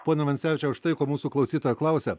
pone vansevičiau štai ko mūsų klausytoja klausia